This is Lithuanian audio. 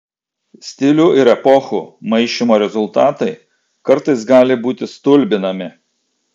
stilių ir epochų maišymo rezultatai kartais gali būti stulbinami